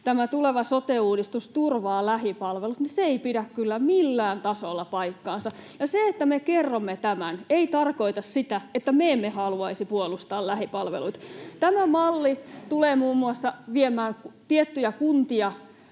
tämä tuleva sote-uudistus turvaa lähipalvelut. Se ei pidä kyllä millään tasolla paikkaansa. Ja se, että me kerromme tämän, ei tarkoita sitä, että me emme haluaisi puolustaa lähipalveluita. Tämä malli tulee muun muassa viemään tiettyjä kuntia